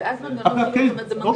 הכולל המותר